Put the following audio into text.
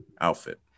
outfit